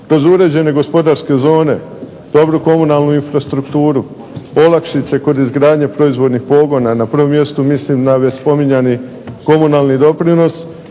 kroz uređene gospodarske zone, dobru komunalnu infrastrukturu, olakšice kod izgradnje proizvodnih pogona. Na prvom mjestu mislim na već spominjani komunalni doprinos